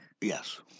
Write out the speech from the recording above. Yes